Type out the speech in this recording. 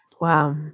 Wow